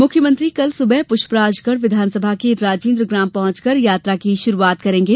मुख्यमंत्री कल सुबह पृष्पराजगढ़ विधानसभा के राजेन्द्र ग्राम पहंचकर यात्रा की शुरुआत करेंगे